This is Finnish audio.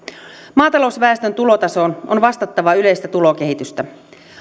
maatalousväestön tulotason on vastattava yleistä tulokehitystä